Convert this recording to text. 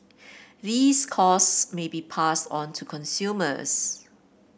these costs may be passed on to consumers